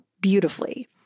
beautifully